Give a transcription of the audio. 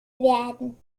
werden